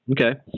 okay